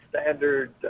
standard